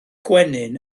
gwenyn